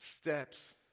Steps